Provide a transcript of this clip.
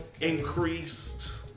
increased